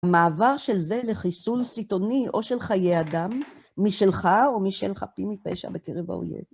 מעבר של זה לחיסול סיתוני או של חיי אדם משלך או משל חפים מפשע בקרב האויב.